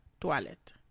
toilet